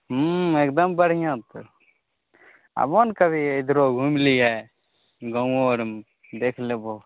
हूँ एकदम बढिऑं तऽ आबो ने कभी इधरो घूमि लिए गाँवो आर देख लेबो